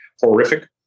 horrific